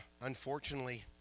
unfortunately